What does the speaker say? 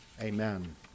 Amen